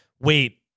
wait